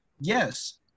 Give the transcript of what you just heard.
Yes